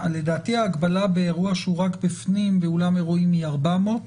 לדעתי ההגבלה באירוע שהוא רק בפנים באולם אירועים היא 400,